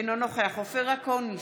אינו נוכח אופיר אקוניס,